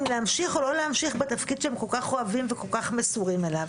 אם להמשיך או לא להמשיך בתפקיד שהם כל כך אוהבים וכל כך מסורים אליו.